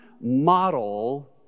model